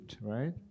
right